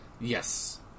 Yes